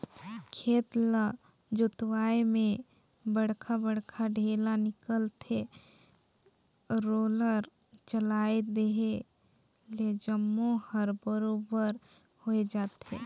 खेत ल जोतवाए में बड़खा बड़खा ढ़ेला निकलथे, रोलर चलाए देहे ले जम्मो हर बरोबर होय जाथे